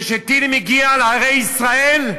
כשטיל מגיע לערי ישראל,